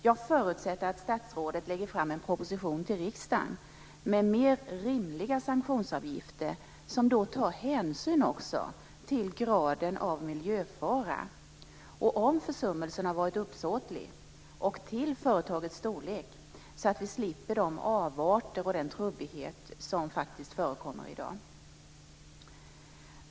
Jag förutsätter att statsrådet lägger fram en proposition till riksdagen med förslag om mer rimliga sanktionsavgifter, som då också tar hänsyn till graden av miljöfara och om försummelsen har varit uppsåtlig och hänsyn till företagets storlek, så att vi slipper de avarter och den trubbighet som förekommer i dag.